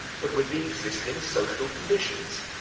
but with the existing, social conditions!